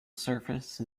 surface